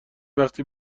وقتی